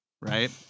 right